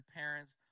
parents